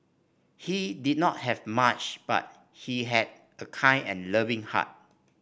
he did not have much but he had a kind and loving heart